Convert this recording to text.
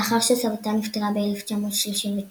לאחר שסבתה נפטרה ב-1939,